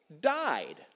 Died